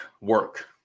work